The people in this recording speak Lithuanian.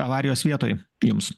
avarijos vietoj jums